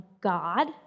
God